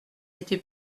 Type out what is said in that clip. été